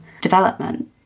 development